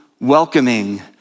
welcoming